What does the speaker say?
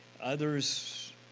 Others